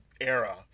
era